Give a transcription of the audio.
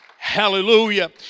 Hallelujah